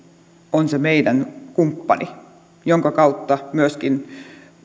on se meidän kumppani jonka kautta myöskin